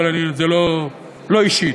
אבל זה לא אישי,